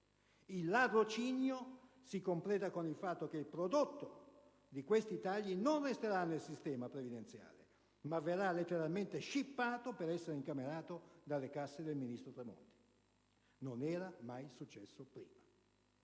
Il ladrocinio si completa con il fatto che il prodotto di questi tagli non resterà nel sistema previdenziale, ma verrà letteralmente scippato per essere incamerato dalle casse del ministro Tremonti. Non era mai successo prima.